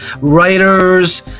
writers